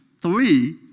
three